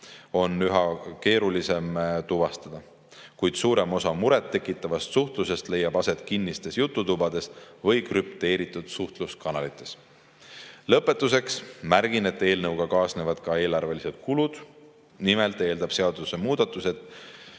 on üha keerulisem tuvastada, kuid suurem osa muret tekitavast suhtlusest leiab aset kinnistes jututubades või krüpteeritud suhtluskanalites. Lõpetuseks märgin, et eelnõuga kaasnevad ka eelarvelised kulud. Nimelt eeldab seaduse muudatus,